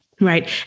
Right